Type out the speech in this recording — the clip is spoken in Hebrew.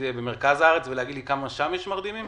במרכז הארץ ולהגיד לי כמה מרדימים יש שם?